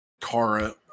Kara